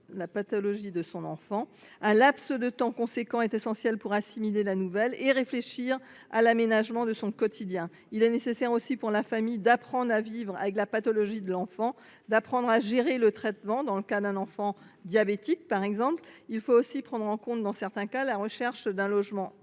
la pathologie de son enfant. Un laps de temps important est essentiel pour assimiler la nouvelle et réfléchir à l’aménagement de son quotidien. Il est nécessaire aussi pour la famille d’apprendre à vivre avec la pathologie de son enfant, d’apprendre à gérer le traitement, par exemple dans le cas d’un enfant diabétique. Il faut aussi prendre en compte, dans certains cas, la recherche d’un logement